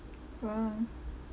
!wah!